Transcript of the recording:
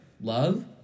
Love